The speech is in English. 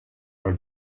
are